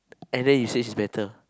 and then you say it's better